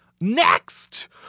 next